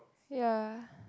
ya